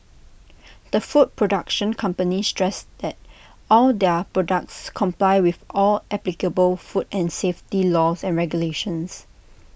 the food production company stressed that all their products comply with all applicable food and safety laws and regulations